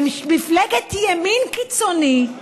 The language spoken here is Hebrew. מפלגת ימין קיצוני,